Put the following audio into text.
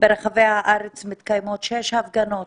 ברחבי הארץ, מתקיימות שש הפגנות